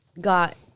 got